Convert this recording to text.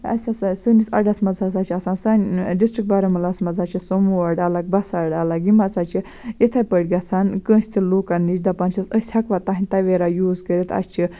اَسہِ ہَسا سٲنِس اَڈس منٛز ہَسا چھِ آسان سانہِ ڈِسٹِرٛک بارہمولاہَس منٛز ہہ سوموٗ اَڈٕ الگ بَسہٕ اَڈٕ الگ یِم ہَسا چھِ اِتھَے پٲٹھۍ گژھن کٲنٛسہِ لوٗکَن نِش دَپان چھِس أسۍ ہٮ۪کوا تَہَنٛدِ تویرا یوٗز کٔرِتھ اَسہِ چھِ